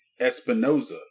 Espinoza